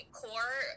core